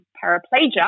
paraplegia